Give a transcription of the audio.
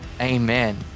Amen